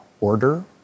order